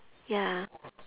ya